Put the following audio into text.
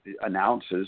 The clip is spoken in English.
announces